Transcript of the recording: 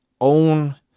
own